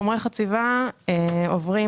חומרי החציבה עוברים,